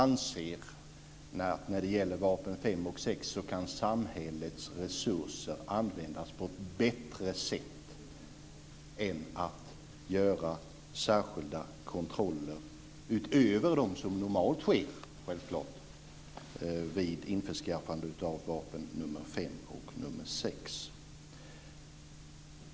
När det gäller vapen fem och sex anser jag att samhällets resurser kan användas på ett bättre sätt än till att man gör särskilda kontroller utöver dem som, självklart, normalt sker vid införskaffande av dessa vapen.